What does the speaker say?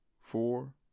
four